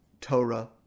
Torah